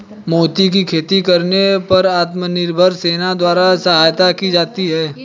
मोती की खेती करने पर आत्मनिर्भर सेना द्वारा सहायता की जाती है